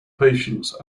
patience